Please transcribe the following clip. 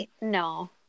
no